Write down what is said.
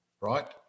right